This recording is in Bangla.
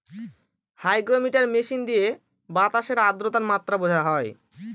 হাইগ্রোমিটার মেশিন দিয়ে বাতাসের আদ্রতার মাত্রা বোঝা হয়